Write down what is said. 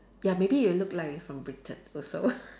ya maybe you look like you from Britain also